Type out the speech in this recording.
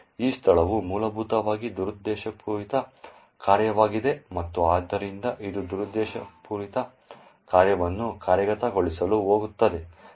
ಈ ಸ್ಥಳವು ಮೂಲಭೂತವಾಗಿ ದುರುದ್ದೇಶಪೂರಿತ ಕಾರ್ಯವಾಗಿದೆ ಮತ್ತು ಆದ್ದರಿಂದ ಇದು ದುರುದ್ದೇಶಪೂರಿತ ಕಾರ್ಯವನ್ನು ಕಾರ್ಯಗತಗೊಳಿಸಲು ಹೋಗುತ್ತದೆ